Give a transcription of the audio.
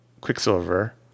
Quicksilver